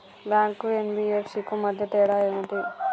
Bank కు NBFC కు మధ్య తేడా ఏమిటి?